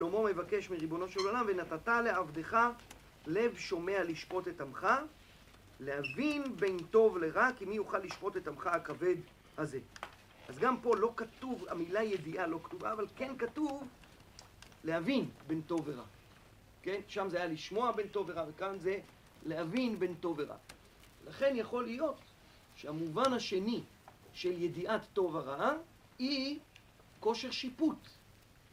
שלמה מבקש מריבונו של עולם, ונתתה לעבדך לב שומע לשפוט את עמך, להבין בין טוב לרע, כי מי יוכל לשפוט את עמך הכבד הזה. אז גם פה לא כתוב, המילה ידיעה לא כתובה, אבל כן כתוב להבין בין טוב ורע. כן? שם זה היה לשמוע בין טוב ורע, וכאן זה להבין בין טוב ורע. לכן יכול להיות שהמובן השני של ידיעת טוב ורע היא כושר שיפוט.